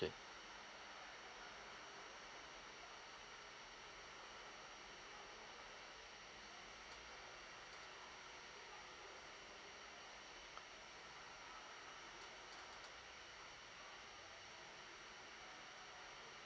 ~kay